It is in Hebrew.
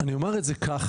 אני אומר את זה ככה,